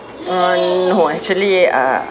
on hold on actually uh